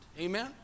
Amen